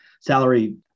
salary